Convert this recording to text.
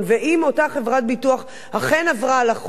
ואם אותה חברת ביטוח אכן עברה על החוק,